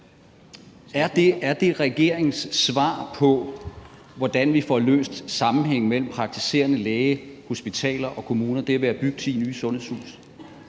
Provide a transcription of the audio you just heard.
Er det regeringens svar på, hvordan vi får løst sammenhængen mellem praktiserende læge, hospitaler og kommuner, at bygge ti nye sundhedshuse?